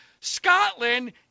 scotland